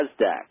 NASDAQ